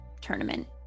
tournament